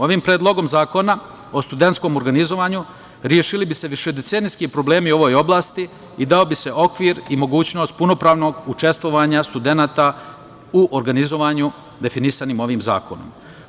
Ovim Predlogom zakona o studentskom organizovanju rešili bi se višedecenijski problemi u ovoj oblasti i dao bi se okvir i mogućnost punopravnog učestvovanja studenata u organizovanju definisanim ovim zakonom.